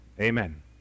Amen